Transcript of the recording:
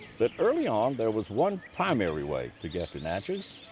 but early on, there was one primary way to get to natchez,